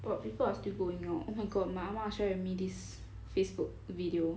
but people are still going out oh my god my 阿嫲 share with me this Facebook video